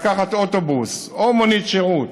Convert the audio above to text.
לקחת אוטובוס, או מונית שירות,